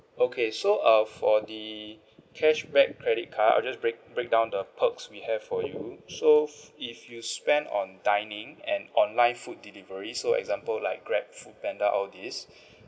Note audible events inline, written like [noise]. okay so uh for the cashback credit card I'll just break break down the perks we have for you so if you spend on dining and online food delivery so example like Grab FoodPanda all these [breath]